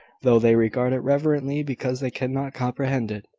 though they regard it reverently because they cannot comprehend it.